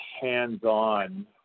hands-on